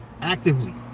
actively